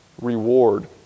reward